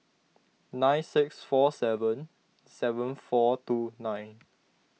nine six four seven seven four two nine